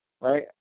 right